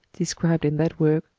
described in that work,